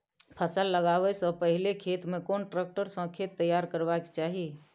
फसल लगाबै स पहिले खेत में कोन ट्रैक्टर स खेत तैयार करबा के चाही?